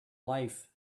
life